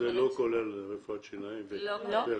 וזה לא כולל רפואת שיניים ורפואה.